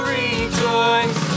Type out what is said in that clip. rejoice